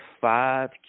five